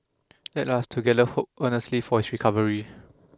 let us together hope earnestly for his recovery